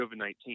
COVID-19